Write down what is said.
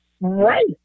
Right